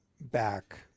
back